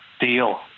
deal